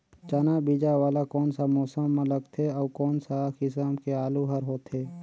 चाना बीजा वाला कोन सा मौसम म लगथे अउ कोन सा किसम के आलू हर होथे?